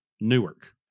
Newark